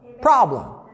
problem